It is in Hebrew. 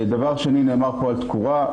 דבר שני, נאמר פה על תקורה.